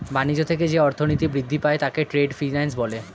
বাণিজ্য থেকে যে অর্থনীতি বৃদ্ধি পায় তাকে ট্রেড ফিন্যান্স বলে